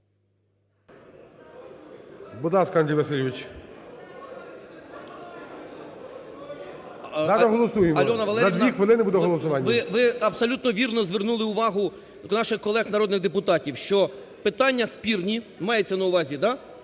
ви абсолютно вірно звернули увагу наших колег народних депутатів, що питання спірні. Мається на увазі, да?